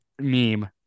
meme